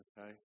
okay